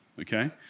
okay